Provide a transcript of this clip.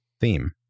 theme